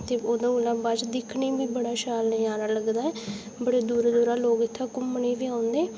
ते ओहदे कोला बाद दिक्खने च बी बड़ा शैल नजारा लगदा ऐ बड़ा दूरा दूरा लोक इत्थै घुम्मने गी बी औंदे